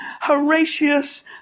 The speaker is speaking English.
Horatius